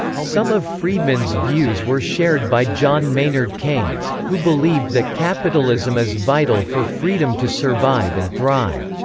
some of friedman's views were shared by john maynard keynes, who believed that capitalism is vital for freedom to survive and thrive.